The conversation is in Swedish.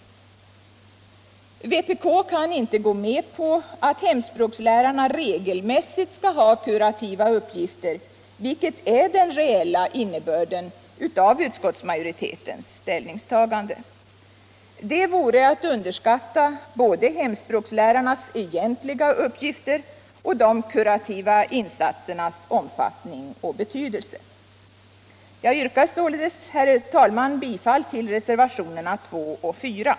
Vpk kan inte gå med på att hemspråkslärarna regelmässigt skall ha kurativa uppgifter, vilket är den reella innebörden av utskottsmajoritetens ställningstagande. Det vore att underskatta både hemspråkslärarnas egentliga uppgifter och de kurativa insatsernas omfattning och betydelse. Jag yrkar således, herr talman, bifall till reservationerna 2 och 4.